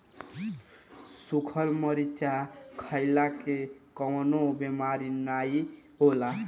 सुखल मरीचा खईला से कवनो बेमारी नाइ होला